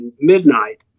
midnight